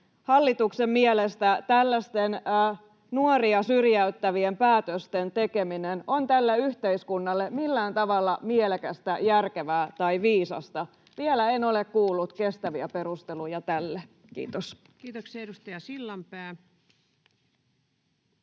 hallituksen mielestä tällaisten nuoria syrjäyttävien päätösten tekeminen on tälle yhteiskunnalle millään tavalla mielekästä, järkevää tai viisasta. Vielä en ole kuullut kestäviä perusteluja tälle. — Kiitos. [Speech 118] Speaker: